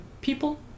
people